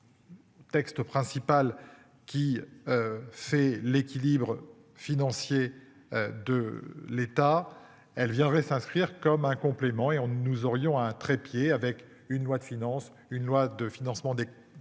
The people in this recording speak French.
Le texte principal. Qui. Fait l'équilibre financier de l'État elle viendrait s'inscrire comme un complément et on ne nous aurions un trépied avec une loi de finances, une loi de